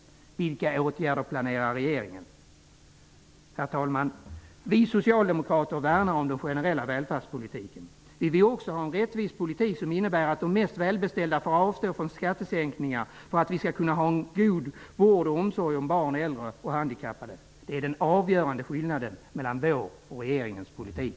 Vilka åtgärder planerer regeringen? Herr talman! Vi socialdemokrater värnar om den generella välfärdspolitiken. Vi vill också ha en rättvis politik som innebär att de mest välbeställda får avstå från skattesänkningar för att vi skall kunna ha en god vård och omsorg för barn, äldre och handikappade. Det är den avgörande skillnaden mellan vår och regeringens politik.